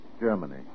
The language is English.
Germany